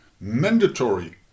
mandatory